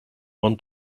one